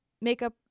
makeup